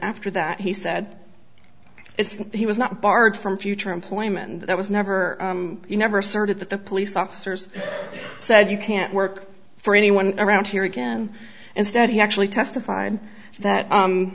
after that he said it's he was not barred from future employment and that was never you never asserted that the police officers said you can't work for anyone around here again instead he actually testified that